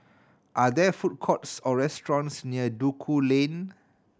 are there food courts or restaurants near Duku Lane